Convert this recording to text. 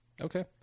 Okay